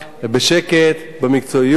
ובשקט ובמקצועיות,